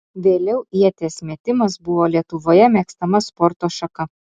vėliau ieties metimas buvo lietuvoje mėgstama sporto šaka